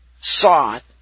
sought